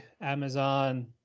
amazon